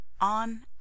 On